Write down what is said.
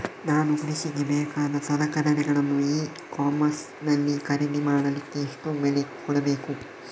ನಾನು ಕೃಷಿಗೆ ಬೇಕಾದ ಸಲಕರಣೆಗಳನ್ನು ಇ ಕಾಮರ್ಸ್ ನಲ್ಲಿ ಖರೀದಿ ಮಾಡಲಿಕ್ಕೆ ಎಷ್ಟು ಬೆಲೆ ಕೊಡಬೇಕು?